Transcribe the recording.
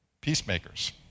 peacemakers